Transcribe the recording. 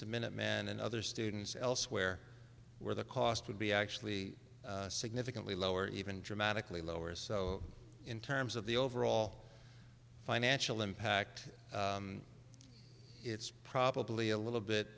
to minutemen and other students elsewhere where the cost would be actually significantly lower even dramatically lower so in terms of the overall financial impact it's probably a little bit